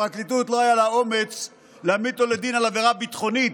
לפרקליטות לא היה אומץ להעמיד אותו לדין על עבירה ביטחונית,